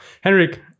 Henrik